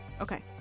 Okay